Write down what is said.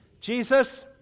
Jesus